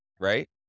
right